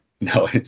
No